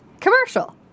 commercial